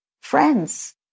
friends